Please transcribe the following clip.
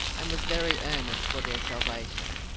and was very earnest for their salvation.